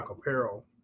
apparel